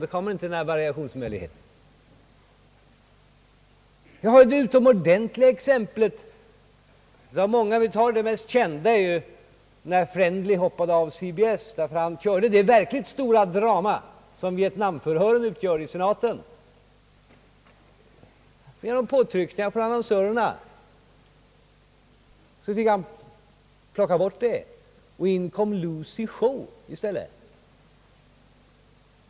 Det finns många utomordentliga exempel på nackdelen med kommersiell TV, det mest kända är väl då Friendly hoppade av CBS. Han spelade in det verkligt stora drama som vietnamförhören i senaten utgör, men efter påtryckningar från annonsörerna fick han klippa bort detta inslag.